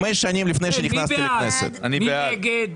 מי נגד?